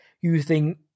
using